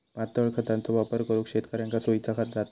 पातळ खतांचो वापर करुक शेतकऱ्यांका सोयीचा जाता